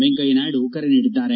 ವೆಂಕಯ್ಲನಾಯ್ಲು ಕರೆ ನೀಡಿದ್ದಾರೆ